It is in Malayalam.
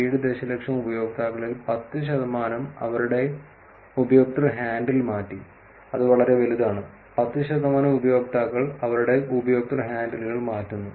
7 ദശലക്ഷം ഉപയോക്താക്കളിൽ 10 ശതമാനം അവരുടെ ഉപയോക്തൃ ഹാൻഡിൽ മാറ്റി അത് വളരെ വലുതാണ് 10 ശതമാനം ഉപയോക്താക്കൾ അവരുടെ ഉപയോക്തൃ ഹാൻഡിലുകൾ മാറ്റുന്നു